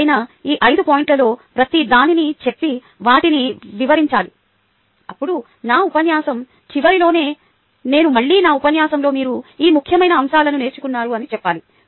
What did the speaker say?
ఆపై నేను ఈ 5 పాయింట్లలో ప్రతిదానిని చెప్పి వాటిని వివరింఛాలి అప్పుడు నా ఉపన్యాసం చివరిలో నేను మళ్ళీ నా ఉపన్యాసంలో మీరు ఈ ముఖ్యమైన అంశాలను నేర్చుకున్నారు అని చెప్పాలి